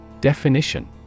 Definition